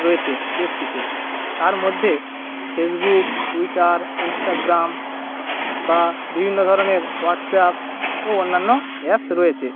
রয়েছে বেশ কিছু তার মধ্যে ফেসবুক টুইটার ইন্সটাগ্রাম বা বিভিন্ন ধরনের হোয়াটসঅ্যাপ ও অন্যান্য অ্যাপস রয়েছে